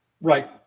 right